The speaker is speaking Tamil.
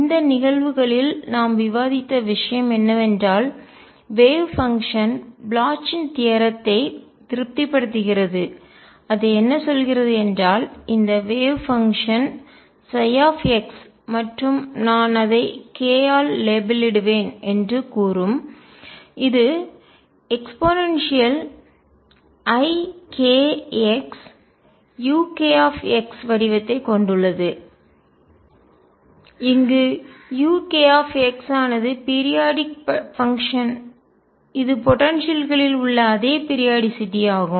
இந்த நிகழ்வுகளில் நாம் விவாதித்த விஷயம் என்னவென்றால் வேவ் பங்ஷன் அலை செயல்பாடு ப்ளொச்சின் தியரம்த்தை தேற்றம்திருப்திப்படுத்துகிறது அது என்ன சொல்கிறது என்றால் இந்த வேவ் பங்ஷன் அலை செயல்பாடு ψ மற்றும் நான் அதை k ஆல் லேபிளிடுவேன் என்று கூறும் இது eikxuk வடிவத்தை கொண்டு உள்ளது இங்கு uk x ஆனது பீரியாடிக் பங்ஷன் குறிப்பிட்ட கால இடைவெளி செயல்பாடு இது போடன்சியல்களில் ஆற்றல் உள்ள அதே பீரியாடிசிட்டி ஆகும்